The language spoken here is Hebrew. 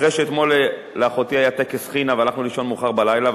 אחרי שאתמול לאחותי היה טקס חינה והלכנו לישון מאוחר בלילה,